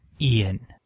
Ian